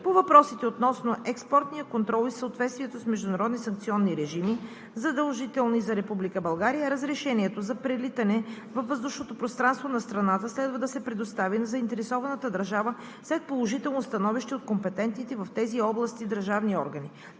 По въпросите относно експортния контрол и съответствието с международни санкционни режими, задължителни за Република България, разрешението за прелитане във въздушното пространство на страната следва да се предостави на заинтересованата държава след положително становище от компетентните в тези области държавни органи